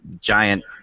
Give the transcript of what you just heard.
giant